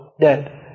dead